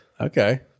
Okay